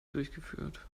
durchgeführt